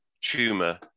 tumor